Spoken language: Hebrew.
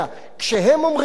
כשהם אומרים את זה,